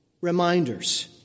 reminders